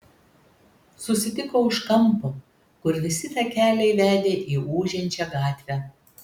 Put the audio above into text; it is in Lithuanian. susitiko už kampo kur visi takeliai vedė į ūžiančią gatvę